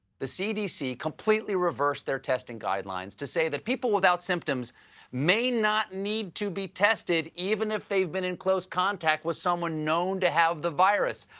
the c d c. completely reversed their testing guidelines to say people without symptoms may not need to be tested, even if they've been in close contact with someone known to have the virus.